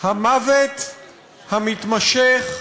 המוות המתמשך,